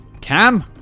Cam